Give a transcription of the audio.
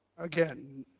again,